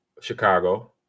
Chicago